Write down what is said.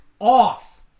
off